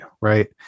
right